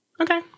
Okay